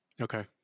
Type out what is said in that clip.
okay